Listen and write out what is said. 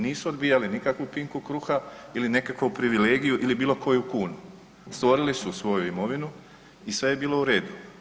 Nisu odbijali nikakvu pinku kruha ili nekakvu privilegiju ili bilo koju kunu, stvorili su svoju imovinu i sve je bilo u redu.